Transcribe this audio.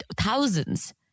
thousands